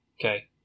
okay